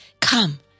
Come